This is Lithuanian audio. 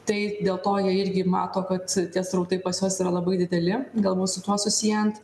tai dėl to jie irgi mato kad tie srautai pas juos yra labai dideli galbūt su tuo susiejant